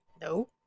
No